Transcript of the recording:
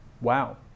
Wow